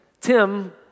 Tim